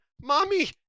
Mommy